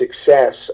success